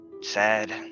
Sad